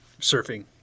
surfing